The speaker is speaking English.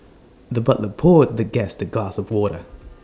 the butler poured the guest A glass of water